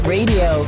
Radio